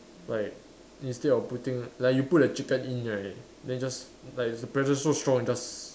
like instead of putting like you put a chicken in right then you just like the pressure so strong it just